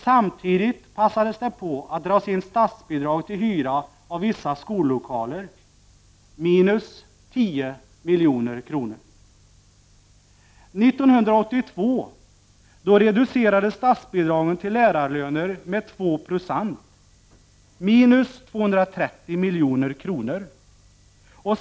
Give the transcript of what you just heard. Samtidigt passades på att dra in statsbidrag till hyra av vissa skollokaler — minus 10 milj.kr. 1982 reducerades statsbidragen till lärarlöner med 2 96 — minus 230 milj.kr.